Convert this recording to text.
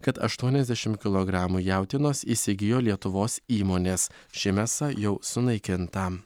kad aštuoniasdešimt kilogramų jautienos įsigijo lietuvos įmonės ši mėsa jau sunaikinta